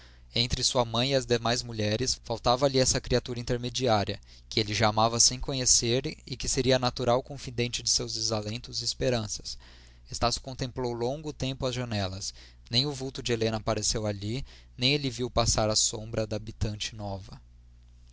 entre sua mãe e as demais mulheres faltava-lhe essa criatura intermediária que ele já amava sem conhecer e que seria a natural confidente de seus desalentos e esperanças estácio contemplou longo tempo as janelas nem o vulto de helena apareceu ali nem ele viu passar a sombra da habitante nova